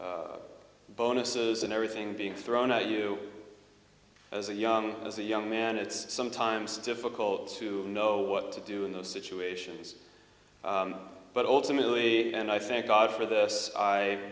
bonuses and everything being thrown at you as a young as a young man it's sometimes difficult to know what to do in those situations but ultimately and i thank god for this i